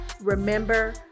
remember